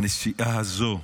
בעזרת השם, בנסיעה הזאת,